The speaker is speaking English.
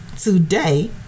today